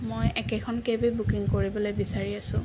মই একেখন কেবেই বুকিং কৰিবলৈ বিচাৰি আছোঁ